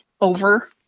over